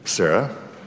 Sarah